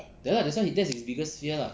ya lah that's why that's his biggest fear ah